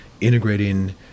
integrating